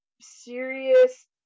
serious